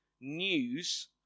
news